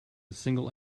single